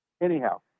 Anyhow